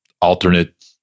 alternate